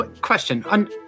Question